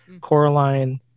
Coraline